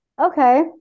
Okay